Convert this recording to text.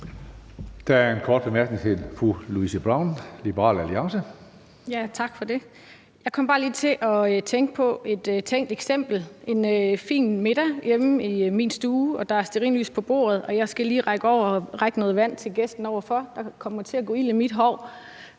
Der er en kort bemærkning til fru Louise Brown, Liberal Alliance. Kl. 16:44 Louise Brown (LA): Tak for det. Jeg kom bare lige til at tænke på et tænkt eksempel: Der er en fin middag hjemme i min stue, og der er stearinlys på bordet, og jeg skal lige række noget vand til gæsten overfor, og der kommer til at gå ild i mit hår,